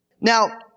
Now